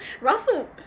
Russell